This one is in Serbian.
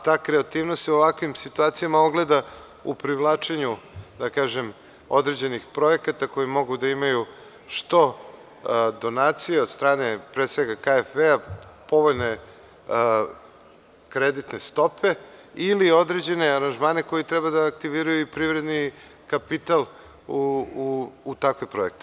Ta kreativnost u ovakvim situacijama se ogleda u privlačenju određenih projekata koji mogu da imaju što donacija od strane, pre svega KFW, povoljne kreditne stope ili određene aranžmane koje treba da aktiviraju i privredni kapital u takve projekte.